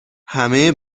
همه